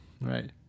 Right